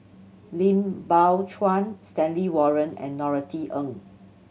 Lim Biow Chuan Stanley Warren and Norothy Ng